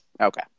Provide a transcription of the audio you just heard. Okay